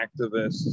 activists